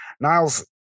Niles